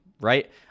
right